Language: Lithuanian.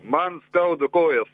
man skauda kojas